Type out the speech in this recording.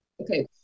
Okay